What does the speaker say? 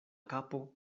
kapo